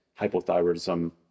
hypothyroidism